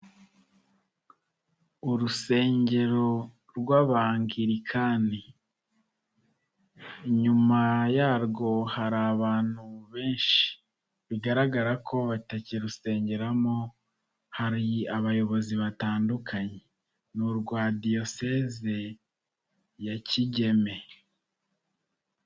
Urusengero rw'Abangilikani, inyuma yarwo hari abantu benshi bigaragara ko batakirusengeramo, hari abayobozi batandukanye, ni urwa Diyoseze ya Kigeme.